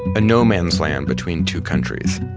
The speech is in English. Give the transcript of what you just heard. a no man's land between two countries.